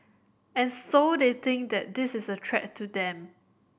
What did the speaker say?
and so they think that this is a threat to them